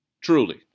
Truly